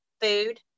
food